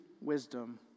wisdom